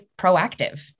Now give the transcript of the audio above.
proactive